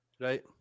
right